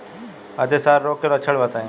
अतिसार रोग के लक्षण बताई?